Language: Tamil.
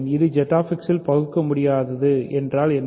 இது ZX இல் பகுக்கமுடியாதது என்றால் என்ன